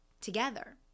together